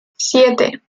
siete